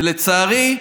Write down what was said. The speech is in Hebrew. ולצערי,